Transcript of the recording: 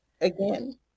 Again